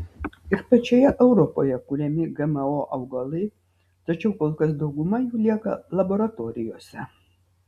ir pačioje europoje kuriami gmo augalai tačiau kol kas dauguma jų lieka laboratorijose